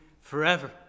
forever